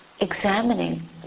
examining